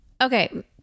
Okay